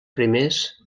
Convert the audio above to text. primers